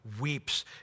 weeps